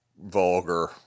vulgar